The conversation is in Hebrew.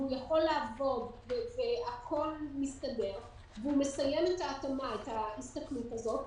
והוא יכול לעבוד והכל מסתדר והוא מסיים את ההסתכלות הזאת,